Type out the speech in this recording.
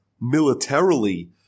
militarily